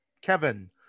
Kevin